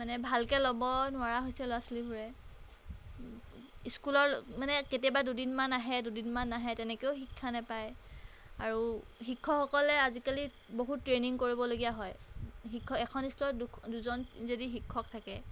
মানে ভালকৈ ল'ব নোৱাৰা হৈছে ল'ৰা ছোৱালীবোৰে স্কুলৰ মানে কেতিয়াবা দুদিনমান আহে দুদিনমান নাহে তেনেকৈয়ো শিক্ষা নেপায় আৰু শিক্ষকসকলে আজিকালি বহুত ট্ৰেইনিং কৰিবলগীয়া হয় এখন স্কুলত দুজন যদি শিক্ষক থাকে